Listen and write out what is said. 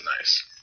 nice